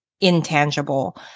intangible